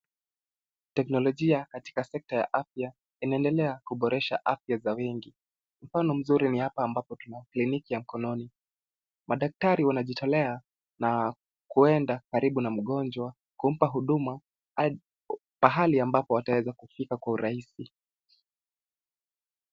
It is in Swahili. Teknolojia katika sekta ya afya inaendelea kuboresha afya za wengi. Mfano mzuri ni hapa ambapo tuna kliniki ya mkononi. Madaktari wanajitolea na kuenda karibu na mgonjwa kumpa huduma pahali ambapo wataweza kufika kwa urahisi.